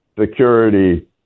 security